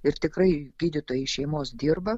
ir tikrai gydytojai šeimos dirba